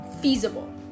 feasible